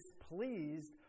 displeased